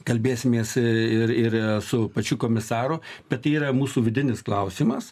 kalbėsimės ir ir su pačiu komisaru bet tai yra mūsų vidinis klausimas